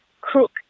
crook